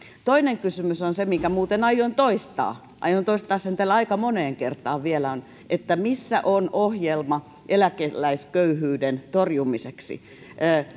toinen kysymys on se minkä muuten aion toistaa aion toistaa sen täällä aika moneen kertaan vielä missä on ohjelma eläkeläisköyhyyden torjumiseksi